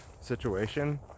situation